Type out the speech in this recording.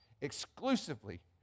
exclusively